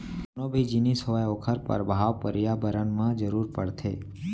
कोनो भी जिनिस होवय ओखर परभाव परयाबरन म जरूर परथे